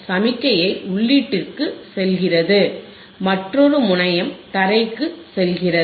சமிக்ஞை உள்ளீட்டுக்கு செல்கிறது மற்றொரு முனையம் தரைக்கு செல்கிறது